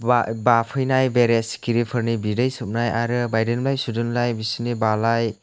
बाफैनाय बेरे सिखिरिफोरनि बिदै सोबनाय आरो बायदेमलाय सिदेमलाय बिसोरनि बालाय